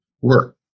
work